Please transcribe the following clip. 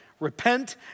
Repent